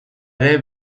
ere